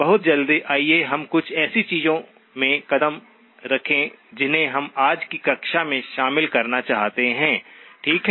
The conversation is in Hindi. बहुत जल्दी आइए हम कुछ ऐसी चीजों में कदम रखें जिन्हें हम आज की कक्षा में शामिल करना चाहते हैं ठीक है